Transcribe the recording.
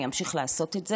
אני אמשיך לעשות את זה,